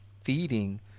feeding